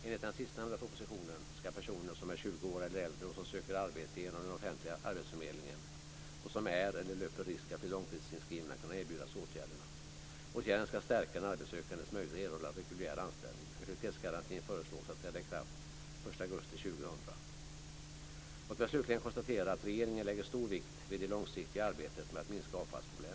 Enligt den sistnämnda propositionen ska personer som är 20 år eller äldre och som söker arbete genom den offentliga arbetsförmedlingen och som är eller löper risk att bli långtidsinskrivna kunna erbjudas åtgärden. Åtgärden ska stärka den arbetssökandes möjlighet att erhålla reguljär anställning. Aktivitetsgarantin föreslås träda i kraft den 1 augusti 2000. Låt mig slutligen konstatera att regeringen lägger stor vikt vid det långsiktiga arbetet med att minska avfallsproblemet.